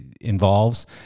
involves